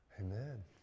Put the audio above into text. Amen